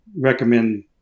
recommend